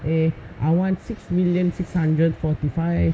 eh I want six million six hundred and forty five